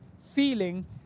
feeling